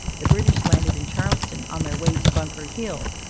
the british landed in charlestown on their way to bunker hill.